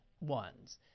ones